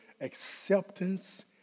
acceptance